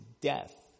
death